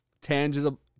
tangible